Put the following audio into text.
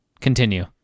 Continue